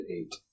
eight